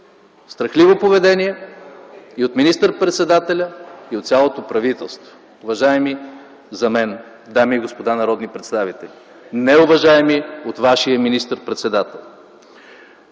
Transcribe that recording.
Страхливо поведение и от министър-председателя, и от цялото правителство, уважаеми, за мен, дами и господа народни представители, не уважаеми от вашия министър-председател.